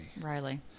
Riley